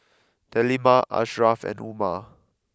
Delima Ashraf and Umar